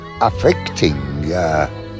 affecting